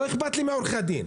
לא אכפת לי מעורכי הדין.